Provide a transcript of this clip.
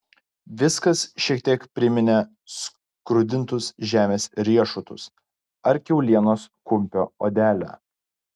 viskas šiek tiek priminė skrudintus žemės riešutus ar kiaulienos kumpio odelę